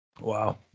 Wow